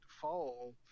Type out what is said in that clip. fall